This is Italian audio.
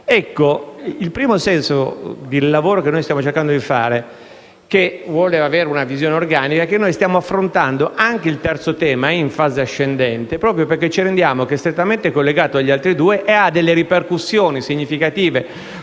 2023. Il senso del lavoro che stiamo cercando di fare, che vuole avere una visione organica, è quello di affrontare anche il terzo tema in fase ascendente, proprio perché ci rendiamo conto che è strettamente collegato agli altri due e ha delle ripercussioni significative,